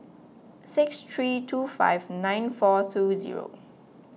six three two five nine four two zero